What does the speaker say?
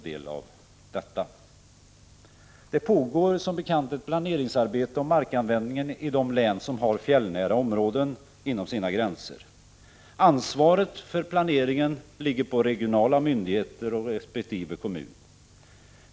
Det pågår som bekant ett planeringsarbete när det gäller markanvändningen i de län som har fjällnära områden inom sina gränser. Ansvaret för planeringen ligger på regionala myndigheter och resp. kommuner.